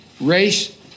race